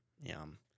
Yum